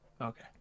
Okay